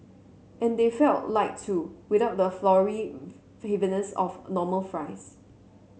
and they felt light too without the floury heaviness of a normal fries